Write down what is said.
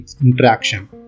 interaction